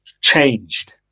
changed